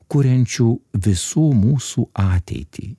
kuriančių visų mūsų ateitį